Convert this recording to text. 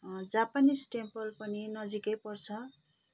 Japanese temple पनि नजिकै पर्छ